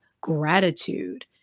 gratitude